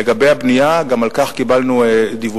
2. לגבי הבנייה, גם על כך קיבלנו דיווחים,